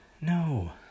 no